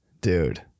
dude